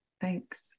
Thanks